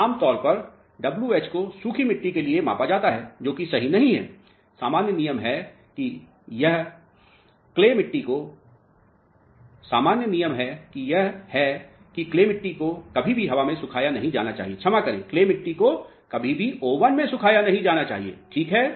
आम तौर पर डब्ल्यू एच wh को सूखी मिट्टी के लिए मापा जाता है जो कि सही नहीं है सामान्य नियम है कि यह है कि क्ले मिट्टी को कभी भी हवा में सुखाया नहीं जाना चाहिए क्षमा करें क्ले मिट्टी को कभी भी ओवन में सुखाया नहीं जाना चाहिए ठीक है